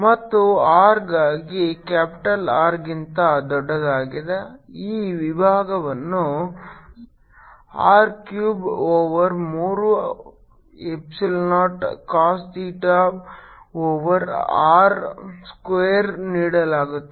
ಮತ್ತು r ಗಾಗಿ capital R ಗಿಂತ ದೊಡ್ಡದಾಗಿದೆ ಈ ವಿಭವವನ್ನು R ಕ್ಯೂಬ್ ಓವರ್ ಮೂರು epsilon naught cos theta over r square ನೀಡಲಾಗುತ್ತದೆ